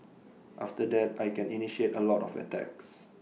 after that I can initiate A lot of attacks